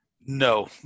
No